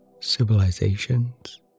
civilizations